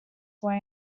why